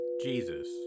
Jesus